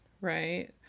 right